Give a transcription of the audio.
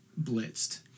blitzed